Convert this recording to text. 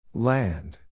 Land